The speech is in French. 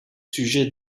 sujets